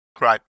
right